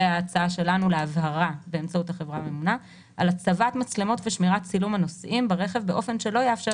על הצבת מצלמות ושמירת צילום הנוסעים ברכב באופן שלא יאפשר